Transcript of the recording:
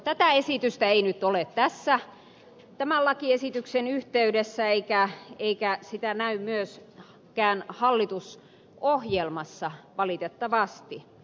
tätä esitystä ei nyt ole tässä tämän lakiesityksen yhteydessä eikä sitä näy myöskään hallitusohjelmassa valitettavasti